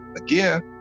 again